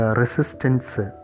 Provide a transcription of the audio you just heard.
resistance